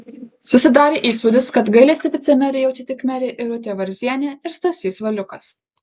susidarė įspūdis kad gailestį vicemerei jaučia tik merė irutė varzienė ir stasys valiukas